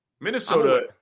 Minnesota